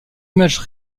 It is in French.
images